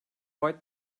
white